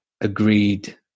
agreed